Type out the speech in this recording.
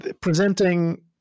presenting